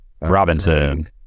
Robinson